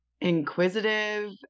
inquisitive